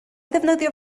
ddefnyddio